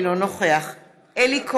אינו נוכח אלי כהן,